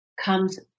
comes